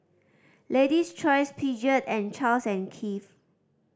Lady's Choice Peugeot and Charles and Keith